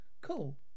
Cool